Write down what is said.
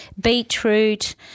beetroot